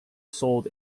sold